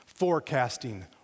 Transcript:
forecasting